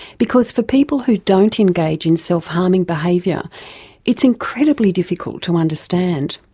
because for people who don't engage in self harming behaviour it's incredibly difficult to understand.